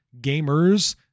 gamers